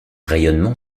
rayonnement